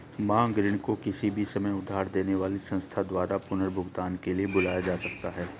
मांग ऋण को किसी भी समय उधार देने वाली संस्था द्वारा पुनर्भुगतान के लिए बुलाया जा सकता है